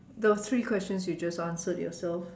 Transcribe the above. those three questions you just answered yourself